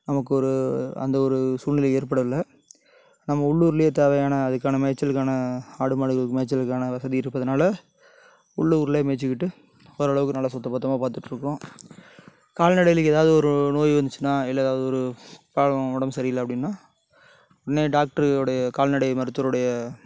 நமக்கு ஒரு அந்த ஒரு சூழ்நிலை ஏற்படல நம்ம உள்ளூர்ல தேவையான அதுக்கான மேய்ச்சலுக்கான ஆடு மாடுகளுக்கு மேய்ச்சலுக்கான வசதி இருப்பதனால உள்ளூர்ல மேய்ச்சிக்கிட்டு ஓரளவுக்கு நல்லா சுத்தபத்தமாக பார்த்துட்ருக்குறோம் கால்நடைகளுக்கு எதாவது ஒரு நோய் வந்துச்சுன்னா இல்லை எதாவது ஒரு உடம்பு சரி இல்லை அப்படின்னா உடனே டாக்டருடைய கால்நடை மருத்துவருடைய